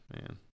Man